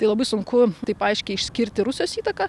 tai labai sunku taip aiškiai išskirti rusijos įtaką